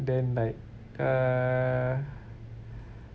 then like uh